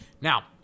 Now